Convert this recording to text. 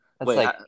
Wait